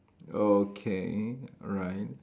okay alright